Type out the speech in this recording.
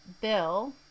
Bill